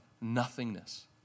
nothingness